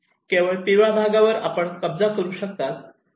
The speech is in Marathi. केवळ पिवळ्या भागावर आपण कब्जा करु शकता